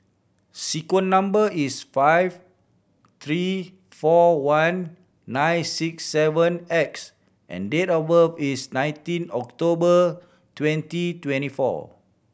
sequence number is five three four one nine six seven X and date of birth is nineteen October twenty twenty four